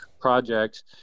projects